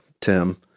Tim